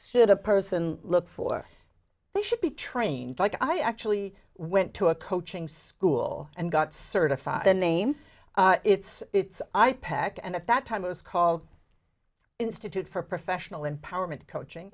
should a person look for they should be trained like i actually went to a coaching school and got certified the name it's it's aipac and at that time i was called institute for professional empowerment coaching